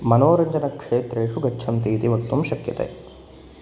मनोरञ्जनक्षेत्रेषु गच्छन्ति इति वक्तुं शक्यते